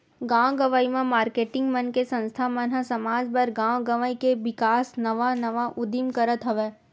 गाँव गंवई म मारकेटिंग मन के संस्था मन ह समाज बर, गाँव गवई के बिकास नवा नवा उदीम करत हवय